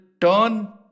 turn